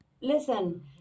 listen